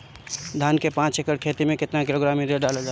धान के पाँच एकड़ खेती में केतना किलोग्राम यूरिया डालल जाला?